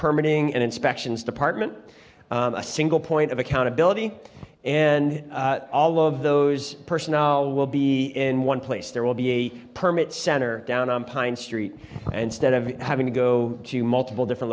permitting and inspections department a single point of accountability and all of those per now we'll be in one place there will be a permit center down on pine street and stead of having to go to multiple different